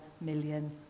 million